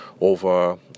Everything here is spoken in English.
over